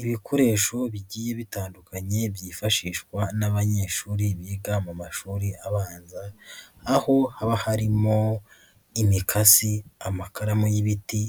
Ibikoresho bigiye bitandukanye byifashishwa n'abanyeshuri biga mu mashuri abanza, aho haba harimo imikasi, amakaramu y'ibiti,